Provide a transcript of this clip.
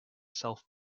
self